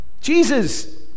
Jesus